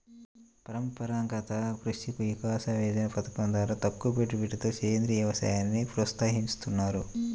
పరంపరాగత కృషి వికాస యోజన పథకం ద్వారా తక్కువపెట్టుబడితో సేంద్రీయ వ్యవసాయాన్ని ప్రోత్సహిస్తున్నారు